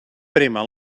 prémer